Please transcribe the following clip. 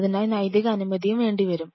ഇതിനായി നൈതിക അനുമതിയും വേണ്ടി വരും